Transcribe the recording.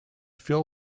phil